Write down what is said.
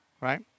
Right